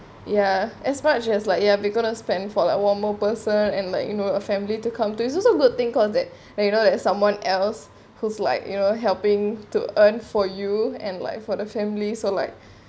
ya as much as like ya we gonna spend for like one more person and like you know a family to come to is also good thing cause that that you know that someone else who's like you know helping to earn for you and like for the family so like